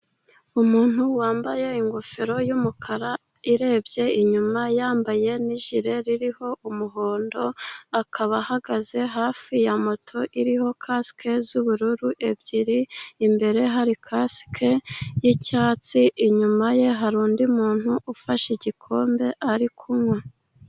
Umuntu wambaye ingofero y'umukara irebye inyuma yambaye n'ijire ririho umuhondo akaba ahagaze hafi ya moto iriho kasike z'ubururu ebyiri ,imbere hari kasike y'icyatsi inyuma ye hari undi muntu ufashe igikombe ari kunywa.